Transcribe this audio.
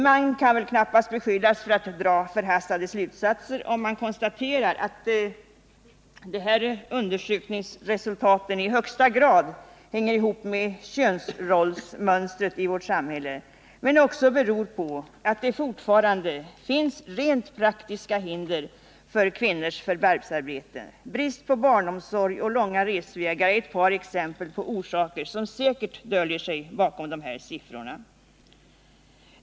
Man kan väl knappast beskyllas för att dra förhastade slutsatser om man konstaterar att de här undersökningsresultaten i högsta grad hänger ihop med könsrollsmönstret i vårt samhälle men också beror på att det fortfarande finns flera rent praktiska hinder för kvinnors förvärvsarbete. Brist på barnomsorg och långa resvägar är ett par exempel på orsaker som säkert döljer sig bakom dessa siffror.